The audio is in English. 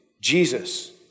Jesus